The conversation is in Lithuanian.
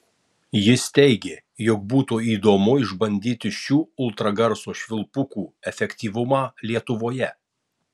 jis teigė jog būtų įdomu išbandyti šių ultragarso švilpukų efektyvumą lietuvoje